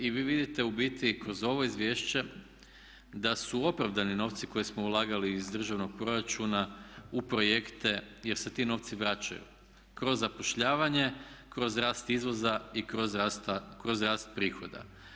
I vi vidite u biti kroz ovo izvješće da su opravdani novci koje smo ulagali iz državnog proračuna u projekte jer se ti novci vraćaju kroz zapošljavanje, kroz rast izvoza i kroz rast prihoda.